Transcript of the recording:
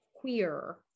queer